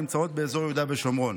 נמצאות באזור יהודה ושומרון.